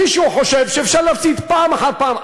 מישהו חושב שאפשר להפסיד פעם אחר פעם.